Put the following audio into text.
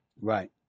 Right